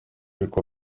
ariko